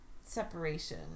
separation